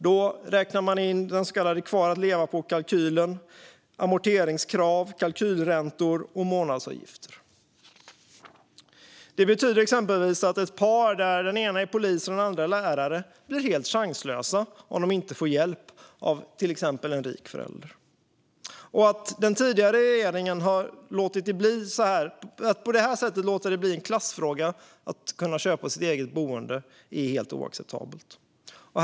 Då är kvar-att-leva-på-kalkylen, amorteringskrav, kalkylränta och månadsavgift inräknad. Det betyder att ett par där den ena är polis och den andra lärare är helt chanslösa utan hjälp från exempelvis en rik förälder. Att den tidigare regeringen på det här sättet låtit bostadsköp bli en klassfråga är helt oacceptabelt.